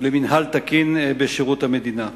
ולמינהל תקין בשירות המדינה.